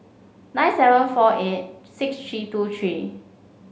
nine seven four eight six three two three